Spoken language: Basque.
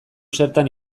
zertan